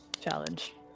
challenge